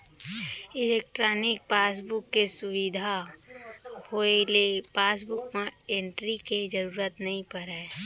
electronic passbook के सुबिधा होए ले पासबुक म एंटरी के जरूरत नइ परय